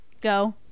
go